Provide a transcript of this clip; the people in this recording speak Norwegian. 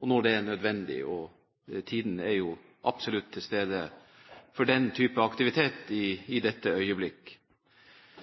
og når det er nødvendig, og tiden er jo absolutt inne for den type aktivitet i dette